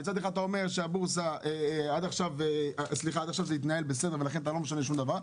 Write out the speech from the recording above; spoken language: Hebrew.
מצד אחד אתה אומר שעד עכשיו זה התנהל בסדר ולכן אתה לא משנה שום דבר,